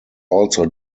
also